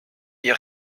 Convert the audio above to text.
est